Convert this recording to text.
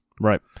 Right